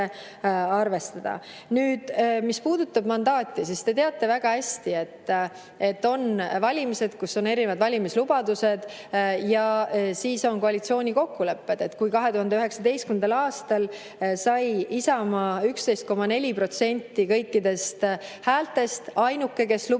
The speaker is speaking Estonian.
mis puudutab mandaati, siis te teate väga hästi, et on valimised, kus on erinevad valimislubadused, ja siis on koalitsiooni kokkulepped. Aastal 2019 sai Isamaa 11,4% kõikidest häältest ja oli ainuke, kes lubas,